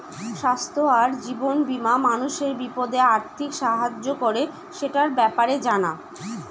স্বাস্থ্য আর জীবন বীমা মানুষের বিপদে আর্থিক সাহায্য করে, সেটার ব্যাপারে জানা